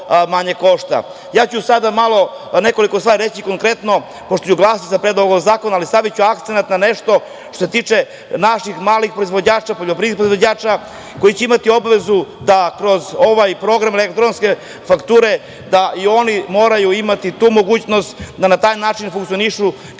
košta. Sada ću nekoliko stvari reći konkretno, pošto ću glasati za predlog ovog zakona, ali staviću akcenat na nešto što se tiče naših malih proizvođača, poljoprivrednih proizvođača, koji će imati obavezu da kroz ovaj program elektronske fakture, da i oni moraju imati tu mogućnost da na taj način funkcionišu, kako